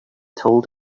told